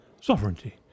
sovereignty